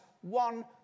one